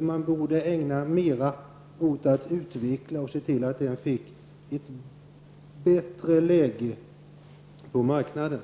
Man borde ägna mer tid till att utveckla den och se till att den får ett bättre läge på marknaden.